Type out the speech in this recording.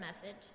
message